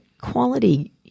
quality